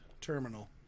Terminal